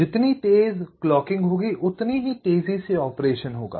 जितनी तेज़ क्लॉकिंग होगी उतनी ही तेज़ी से ऑपरेशन होगा